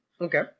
Okay